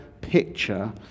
picture